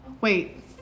Wait